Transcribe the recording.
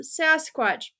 Sasquatch